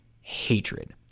hatred